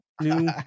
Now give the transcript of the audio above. new